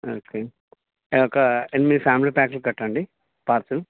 okay ఒక ఎనిమిది family ప్యాక్లు కట్టండి పార్సిల్